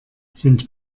sind